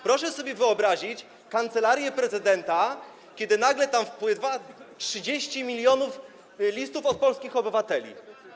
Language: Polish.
Proszę sobie wyobrazić Kancelarię Prezydenta, kiedy nagle wpływa do niej 30 mln listów od polskich obywateli.